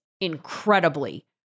incredibly